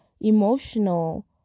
emotional